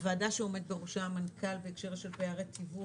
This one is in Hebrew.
הוועדה שעומד בראשה המנכ"ל בהקשר של פערי תיווך,